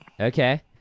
Okay